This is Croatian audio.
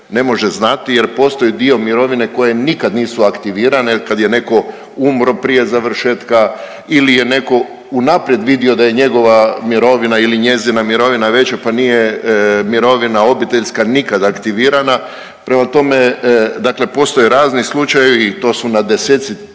ne može znati jer postoji dio mirovine koje nikad nisu aktivirane kad je netko umro prije završetka ili je netko unaprijed vidio da je njegova mirovina ili njezina mirovina veća pa nije mirovina obiteljska nikad aktivirana. Prema tome, dakle postoje razni slučajevi, to su na deseci